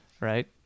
right